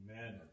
Amen